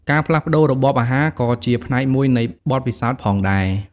ការផ្លាស់ប្ដូររបបអាហារក៏ជាផ្នែកមួយនៃបទពិសោធន៍ផងដែរ។